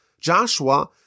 Joshua